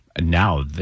Now